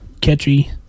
catchy